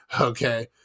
okay